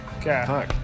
Okay